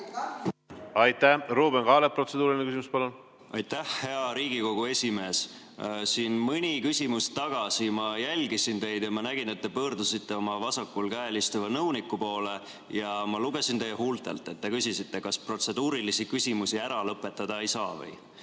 Aitäh! Ruuben Kaalep, protseduuriline küsimus, palun! Aitäh, hea Riigikogu esimees! Siin mõni küsimus tagasi ma jälgisin teid ja nägin, et te pöördusite oma vasakul käel istuva nõuniku poole. Ma lugesin teie huultelt, et te küsisite, kas protseduurilisi küsimusi ära lõpetada ei saa.